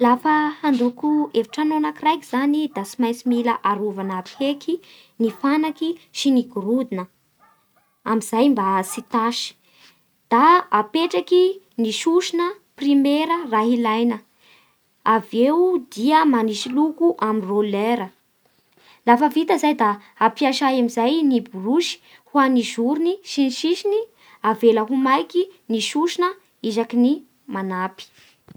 Lafa handoko efitrano anakjiraiky zany, da sty maintsy mila arovana iaby heky ny fanaky sy ny gorodona amin'izay mba tsy tasy, da apetraky ny sosna primera raha ialaina, dia avy eo manisy loko amin'ny rouleura, lafa vita zay da ampiasay amin'izay ny borosy ho amin'ny zorony sy ny sisiny avela ho maiky ny sosna isaky ny manampy.